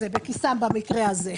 בכיסם, במקרה הזה.